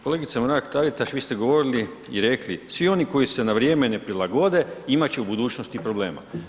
Kolegice Mrak Taritaš, vi ste govorili i rekli svi oni koji se na vrijeme ne prilagode imat će u budućnosti problema.